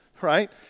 right